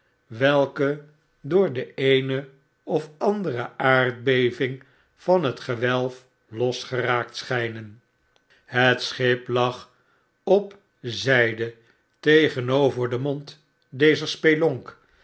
welke door de eene of andere aardbeving van het gewelf losgeraakt schynen het schip lag op zgde tegenover den mond dezer